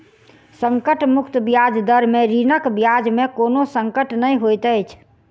संकट मुक्त ब्याज दर में ऋणक ब्याज में कोनो संकट नै होइत अछि